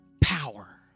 power